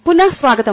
పునఃస్వాగతం